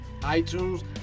iTunes